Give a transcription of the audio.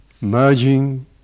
merging